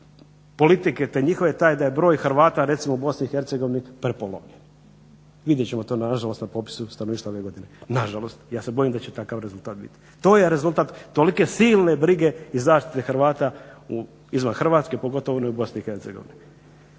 politike taj da je broj Hrvata recimo u BiH prepolovljen. Vidjet ćemo to nažalost na popisu stanovništva ove godine, nažalost, ja se bojim da će takav rezultat biti. To je rezultat tolike silne brige i zaštite Hrvata izvan Hrvatske, pogotovo one u BiH.